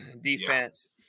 defense